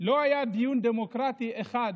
לא היה דיון דמוקרטי אחד,